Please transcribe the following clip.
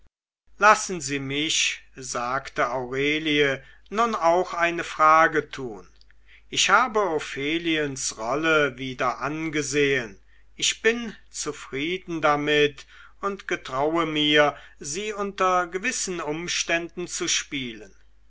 lassen sie mich sagte aurelie nun auch eine frage tun ich habe opheliens rolle wieder angesehen ich bin zufrieden damit und getraue mir sie unter gewissen umständen zu spielen